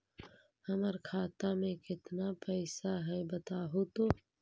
हमर खाता में केतना पैसा है बतहू तो?